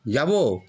যাব